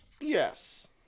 Yes